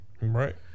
Right